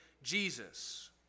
Jesus